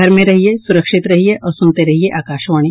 घर में रहिये सुरक्षित रहिये और सुनते रहिये आकाशवाणी